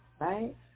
right